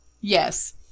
Yes